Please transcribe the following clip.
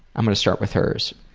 i'm gonna start with hers.